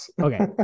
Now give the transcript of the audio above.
Okay